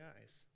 eyes